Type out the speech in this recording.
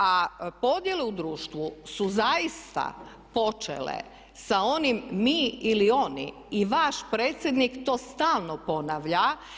A podjele u društvu su zaista počele sa onim mi ili oni i vaš predsjednik to stalno ponavlja.